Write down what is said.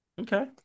Okay